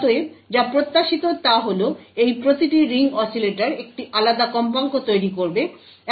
অতএব যা প্রত্যাশিত তা হল এই প্রতিটি N রিং অসিলেটর একটি আলাদা কম্পাঙ্ক তৈরি করবে